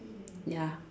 ya